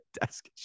desk